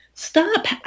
stop